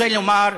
רוצה לומר: